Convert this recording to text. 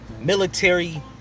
military